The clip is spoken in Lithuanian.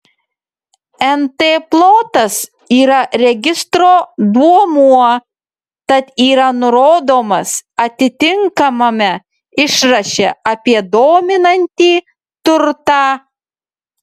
nt plotas yra registro duomuo tad yra nurodomas atitinkamame išraše apie dominantį turtą